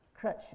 crutch